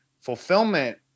fulfillment